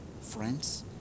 friends